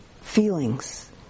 feelings